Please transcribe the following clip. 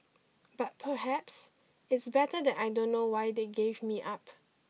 but perhaps it's better that I don't know why they gave me up